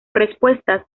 respuesta